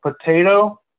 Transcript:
potato